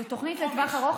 זו תוכנית לטווח ארוך.